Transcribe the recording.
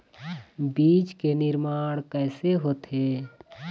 बीज के निर्माण कैसे होथे?